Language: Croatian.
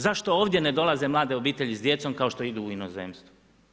Zašto ovdje ne dolaze mlade obitelji s djecom kao što idu u inozemstvo?